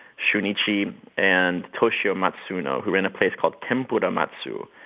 shunichi and toshio matsuno, who ran a place called tempura matsu.